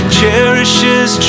cherishes